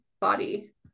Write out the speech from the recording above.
body